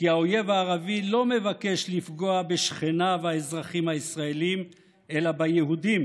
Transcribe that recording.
כי האויב הערבי לא מבקש לפגוע בשכניו האזרחים הישראלים אלא ביהודים,